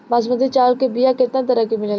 बासमती चावल के बीया केतना तरह के मिलेला?